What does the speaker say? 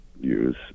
use